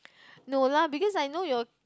no lah because I know your